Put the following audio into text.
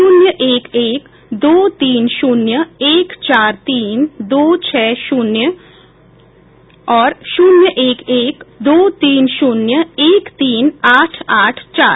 शून्य एक एक दो तीन शून्य एक चार तीन दो छह और शून्य एक एक दो तीन शून्य एक तीन आठ आठ चार